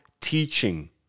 teaching